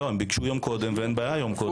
הם ביקשו יום קודם ואין בעיה יום קודם.